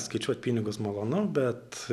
skaičiuot pinigus malonu bet